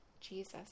Jesus